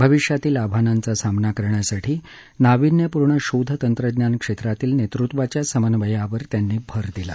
भविष्यातील आव्हानांचा सामना करण्यासाठी नावीन्यपूर्ण शोध तंत्रज्ञान क्षेत्रातील नेतृत्वाच्या समन्वयावर त्यांनी भर दिला